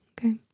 Okay